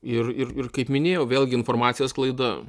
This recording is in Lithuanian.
ir ir ir kaip minėjau vėlgi informacijos sklaida